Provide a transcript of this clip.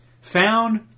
found